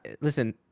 Listen